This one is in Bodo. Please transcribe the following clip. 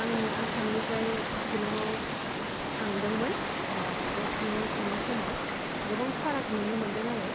आं आसामनिफ्राय सिलंआव थादोंमोन बे सिलंआव थांनाय समाव गोबां फाराग नुनो मोनदों आरो